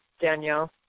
danielle